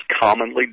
commonly